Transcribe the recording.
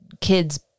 kids